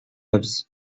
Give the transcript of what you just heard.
avis